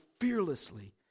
fearlessly